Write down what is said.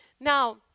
Now